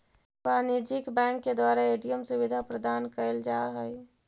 वाणिज्यिक बैंक के द्वारा ए.टी.एम सुविधा प्रदान कैल जा हइ